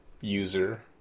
user